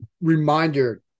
reminder